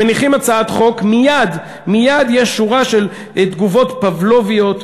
מניחים הצעת חוק, מייד יש שורת תגובות פבלוביות,